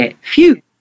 Phew